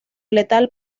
letal